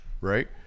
right